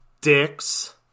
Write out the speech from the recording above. Dicks